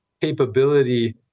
capability